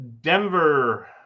Denver